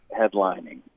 headlining